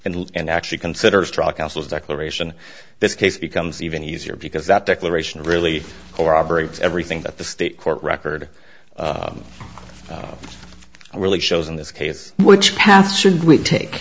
novo and actually considers truck councils declaration this case becomes even easier because that declaration really core operates everything that the state court record really shows in this case which pass should we take